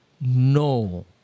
no